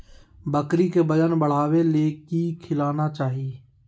बकरी के वजन बढ़ावे ले की खिलाना चाही?